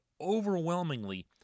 overwhelmingly